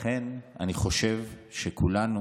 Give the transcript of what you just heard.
לכן אני חושב שכולנו